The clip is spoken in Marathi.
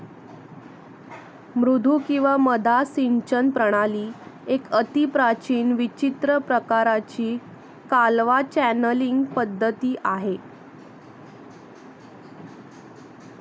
मुद्दू किंवा मद्दा सिंचन प्रणाली एक अतिप्राचीन विचित्र प्रकाराची कालवा चॅनलींग पद्धती आहे